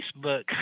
Facebook